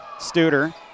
Studer